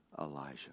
Elijah